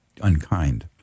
unkind